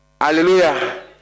Hallelujah